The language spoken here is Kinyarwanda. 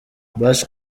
bush